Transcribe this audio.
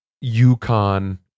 Yukon